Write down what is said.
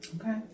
Okay